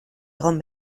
egon